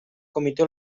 comitè